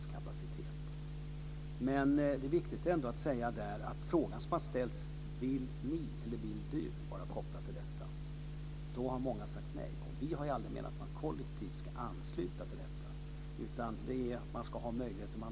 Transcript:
Då har många sagt nej. Vi har aldrig menat att man ska anslutas kollektivt till detta. Man ska ha möjlighet till anslutning om man önskar en sådan, men man ska inte tvingas till bredbandsuppkoppling.